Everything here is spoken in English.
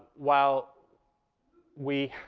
while we